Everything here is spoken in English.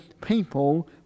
people